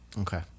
Okay